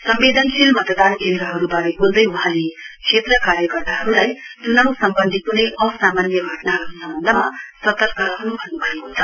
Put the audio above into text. संवेदनशील मतदान केन्द्रहरूबारे बोल्दै वहाँले क्षेत्र कार्यकर्ताहरूलाई च्नाउ सम्बन्धी क्नै असमान्य घटनाहरू सम्बन्धमा सतर्क रहन् भन्न् भएको छ